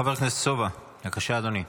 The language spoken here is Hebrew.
חבר הכנסת סובה, בבקשה, אדוני.